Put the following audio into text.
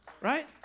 Right